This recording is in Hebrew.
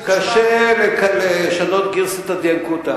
קשה לשנות גרסא דינקותא,